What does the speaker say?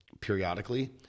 periodically